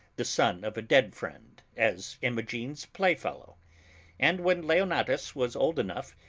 the son of a dead friend, as imogen's playfellow and when leonatus was old enough,